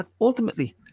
ultimately